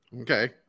Okay